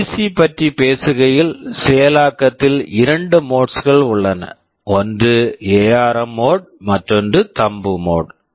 PC PC பற்றி பேசுகையில் செயலாக்கத்தில் இரண்டு மோட்ஸ் modes கள் உள்ளன ஒன்று எஆர்ம் ARM மோட் mode மற்றொன்று தம்ப் மோட் thumb mode